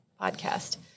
podcast